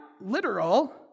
literal